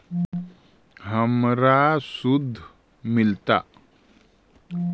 हमरा शुद्ध मिलता?